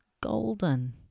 golden